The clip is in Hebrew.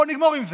בוא נגמור עם זה.